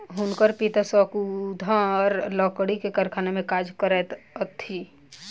हुनकर पिता शंकुधर लकड़ी के कारखाना में काज करैत छथि